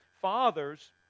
Fathers